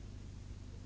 Hvala.